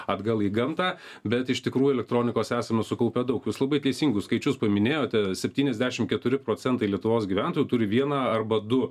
atgal į gamtą bet iš tikrųjų elektronikos esame sukaupę daug jūs labai teisingus skaičius paminėjote septyniasdešimt keturi procentai lietuvos gyventojų turi vieną arba du